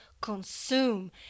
consume